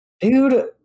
Dude